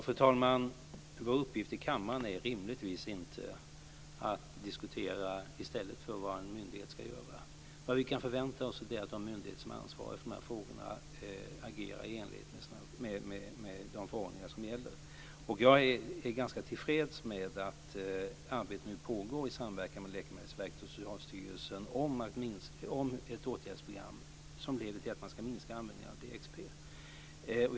Fru talman! Vår uppgift i kammaren är rimligtvis inte att diskutera i stället för att låta myndigheterna göra vad de ska göra. Vad vi kan förvänta oss är att de myndigheter som är ansvariga för de här frågorna agerar i enlighet med de förordningar som gäller. Jag är ganska tillfreds med att arbete nu pågår i samverkan mellan Läkemedelsverket och Socialstyrelsen om ett åtgärdsprogram som leder till att man ska minska användningen av DXP.